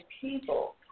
people